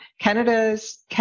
Canada's